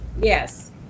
Yes